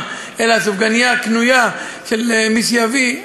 אלא מסופגנייה קנויה של מי שיביא,